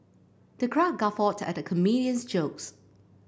the crowd guffawed at the comedian's jokes